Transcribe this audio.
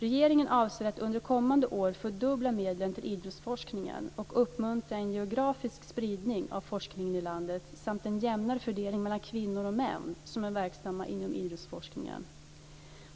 Regeringen avser att under kommande år fördubbla medlen till idrottsforskningen och uppmuntra en geografisk spridning av forskningen i landet samt en jämnare fördelning mellan kvinnor och män som är verksamma inom idrottsforskningen.